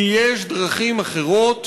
כי יש דרכים אחרות